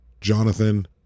Jonathan